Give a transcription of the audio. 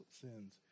sins